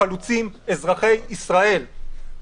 חלוצים אזרחי ישראל.